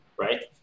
right